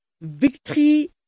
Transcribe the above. victory